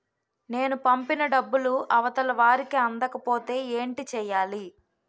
నేను పంపిన డబ్బులు అవతల వారికి అందకపోతే ఏంటి చెయ్యాలి?